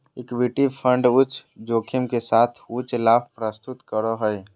equity fund उच्च जोखिम के साथ उच्च लाभ प्रस्तुत करो हइ